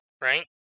right